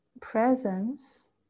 presence